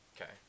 Okay